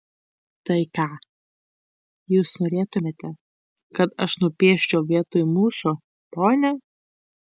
tai ką jūs norėtumėte kad aš nupieščiau vietoj mūšio ponia